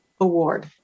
Award